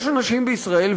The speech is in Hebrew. יש אנשים בישראל,